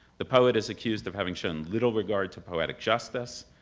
the poet is accused of having shown little regard to poetic justice,